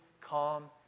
calm